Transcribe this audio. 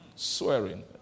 Swearing